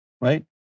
right